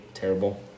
Terrible